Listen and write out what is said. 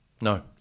No